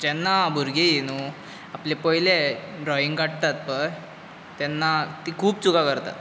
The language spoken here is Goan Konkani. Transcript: जेन्ना भुरगीं न्हू आपलें पयलें ड्रॉईंग काडटात पळय तेन्ना तीं खूब चुकां करतात